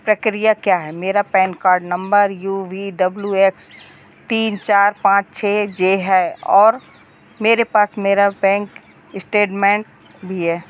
प्रक्रिया क्या है मेरा PAN card number U V X W X तीन चार पाँच छह जे है और मेरे पास मेरा बैंक एस्टेटमेन्ट भी है